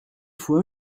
fois